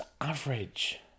average